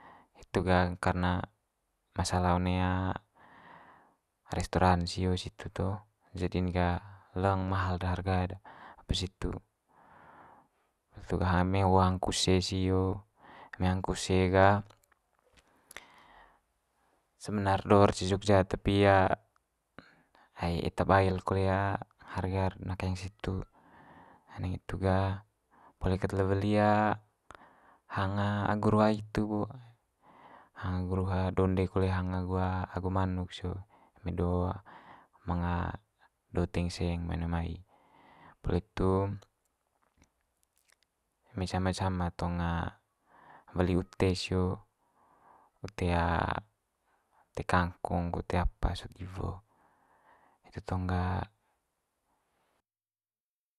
Hitu ga karna masala one one restoran sio situ to, jadi'n gah leng mahal de harga'd apa situ. eme hang kuse sio eme hang kuse ga sebenar do'r ce jogja tapi hae eta bael kole harga'r de nakeng situ. poli kat le weli hang agu ruha hitu bo hang agu ruha dinde kole hang agu manuk sio eme do manga do teing seng mai one mai. Poli itu eme cama cama tong weli ute sio, ute ute kangkung ko ute apa sot iwo, hitu tong ga.